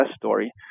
story